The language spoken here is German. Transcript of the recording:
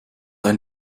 ein